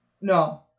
No